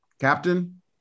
Captain